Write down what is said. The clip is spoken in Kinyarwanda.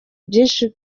byinshi